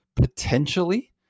potentially